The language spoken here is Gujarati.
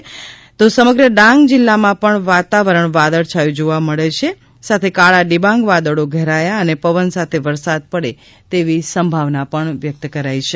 આજે સમગ્ર ડાંગ જિલ્લા માં પણ વાતાવરણ વાદળ છાયું જોવા મળે છે સાથે કાળા ડિબાંગ વાદળો ઘેરાયા છે અને પવન સાથે વરસાદ પડે તેવી સંભાવના છે